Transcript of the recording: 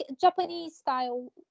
Japanese-style